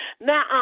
Now